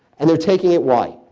and they're taking it, why?